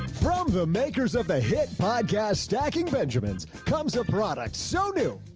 from the makers of a hit podcast. stacking benjamins comes up product so new,